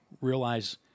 realize